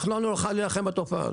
אנחנו לא נוכל להילחם בתופעה הזאת.